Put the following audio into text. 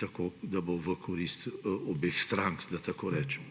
tako, da bodo v korist obeh strank, da tako rečem.